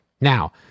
now